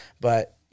But-